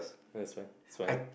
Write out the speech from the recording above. where